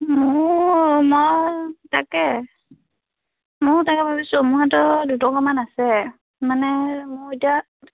মোৰ মই তাকে ময়ো তাকে ভাবিছোঁ মোৰ হাতত দুটকা মান আছে মানে মোৰ এতিয়া